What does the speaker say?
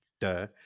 duh